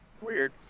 Weird